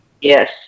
Yes